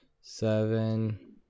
Seven